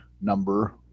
number